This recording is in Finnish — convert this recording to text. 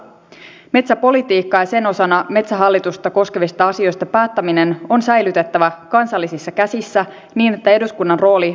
metsäpolitiikkaa ja sen osana metsähallitusta koskevista asioista päättäminen on säilytettävä kansallisissa käsissä niin että eduskunnan rooli päätöksenteossa turvataan